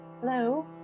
Hello